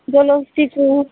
ᱡᱚᱞᱚ ᱦᱚᱥᱛᱤ ᱠᱚ